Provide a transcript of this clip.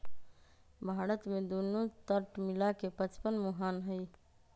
भारत में दुन्नो तट मिला के पचपन मुहान हई